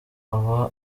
aba